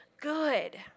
good